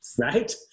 right